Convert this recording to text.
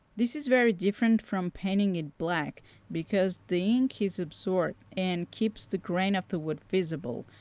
this is very different from painting it black because the ink is absorbed and keeps the grain of the wood visible,